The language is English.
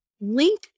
link